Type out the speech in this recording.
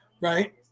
right